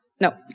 No